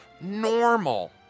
normal